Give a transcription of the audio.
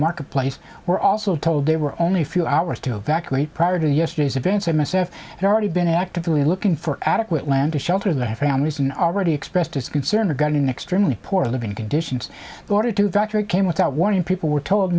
marketplace we're also told there were only a few hours to evacuate prior to yesterday's events and myself and already been actively looking for adequate land to shelter the families and already expressed his concern regarding extremely poor living conditions the order to evacuate came without warning people were told